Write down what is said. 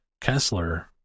Kessler